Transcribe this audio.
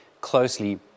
closely